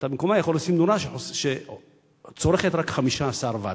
אתה במקומה יכול לשים נורה שצורכת רק 15 ואט.